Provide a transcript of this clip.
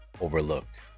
overlooked